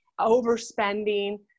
overspending